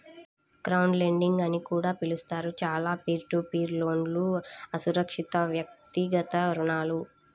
crowdlending అని కూడా పిలుస్తారు, చాలా పీర్ టు పీర్ లోన్లుఅసురక్షితవ్యక్తిగత రుణాలు